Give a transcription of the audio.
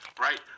right